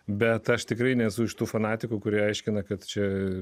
bet aš tikrai nesu iš tų fanatikų kurie aiškina kad čia